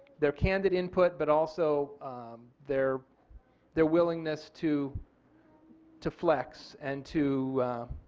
their candid input but also their their willingness to to flex and to